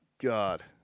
God